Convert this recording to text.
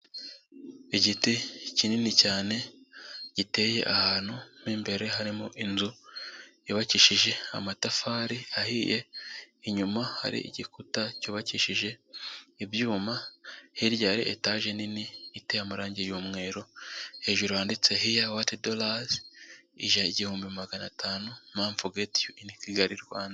Igiti kinini cyane giteye ahantu mo 'imbere harimo inzu yubakishije amatafari ahiye inyuma hari igikuta cyubakishije ibyuma hirya ya etage nini iteye amarangi y'umweru hejuru yanditseho hiya wati dorazi 1500 mamfu geti yu ini Kigali.